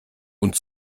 und